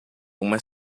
uma